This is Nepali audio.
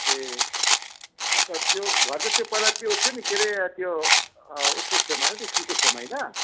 ए अन्त त्यो घर चाहिँ त्यो पहिला त्यो थियो नि के हरे त्यो उसको छेउमा होइन त्यो स्कुलको छेउमा होइन